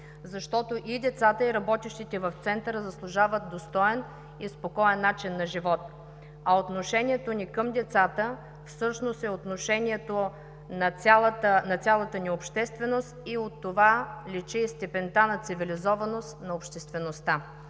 защото и децата, и работещите в Центъра заслужават достоен и спокоен начин на живот. А отношението ни към децата, всъщност е отношение на цялата ни общественост и от това личи степента на цивилизованост на обществеността.